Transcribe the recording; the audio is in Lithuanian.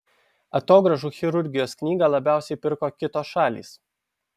atogrąžų chirurgijos knygą labiausiai pirko kitos šalys